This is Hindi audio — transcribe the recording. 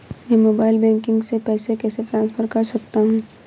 मैं मोबाइल बैंकिंग से पैसे कैसे ट्रांसफर कर सकता हूं?